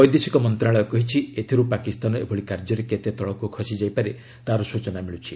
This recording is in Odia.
ବୈଦେଶିକ ମନ୍ତ୍ରଣାଳୟ କହିଛି ଏଥିରୁ ପାକିସ୍ତାନ ଏଭଳି କାର୍ଯ୍ୟରେ କେତେ ତଳକୁ ଖସିପାରେ ତା'ର ସ୍ବଚନା ମିଳୁଛି